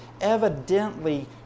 evidently